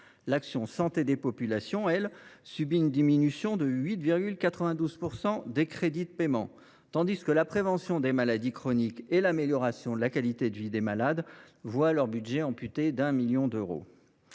n° 12 « Santé des populations » subit une diminution de 8,92 % en crédits de paiement, tandis que la prévention des maladies chroniques et l’amélioration de la qualité de vie des malades voient leur budget amputé de 1 million d’euros.